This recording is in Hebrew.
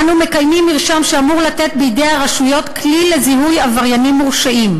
אנו מקיימים מרשם שאמור לתת בידי הרשויות כלי לזיהוי עבריינים מורשעים.